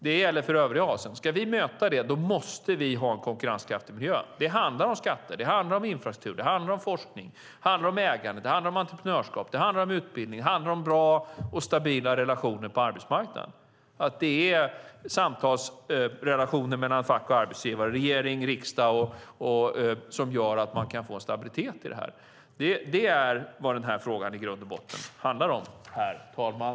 Det gäller för hela Asien. Ska vi möta det måste vi ha en konkurrenskraftig miljö. Det handlar om skatter, infrastruktur, forskning, ägande, entreprenörskap, utbildning och bra och stabila relationer på arbetsmarknaden. Det är samtalsrelationer mellan fack, arbetsgivare, regering och riksdag som gör att man kan få en stabilitet i detta. Det är vad denna fråga i grund och botten handlar om, herr talman.